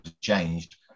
changed